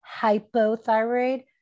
hypothyroid